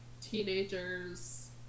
teenagers